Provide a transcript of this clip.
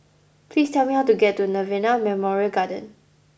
please tell me how to get to Nirvana Memorial Garden